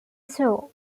show